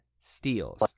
steals